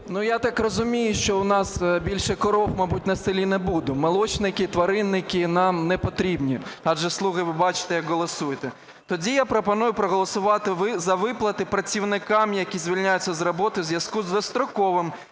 Я так розумію, що у нас більше корів, мабуть, на селі не буде. Молочники і тваринники нам не потрібні. Адже "слуги", ви бачите, як голосують. Тоді я пропоную проголосувати за виплати працівникам, які звільняються з роботи у зв'язку з достроковим